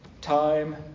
time